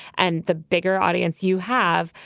and the bigger audience you have,